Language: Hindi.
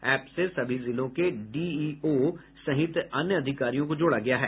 एप से सभी जिलों के डीइओ सहित अन्य अधिकारियों को जोड़ा गया है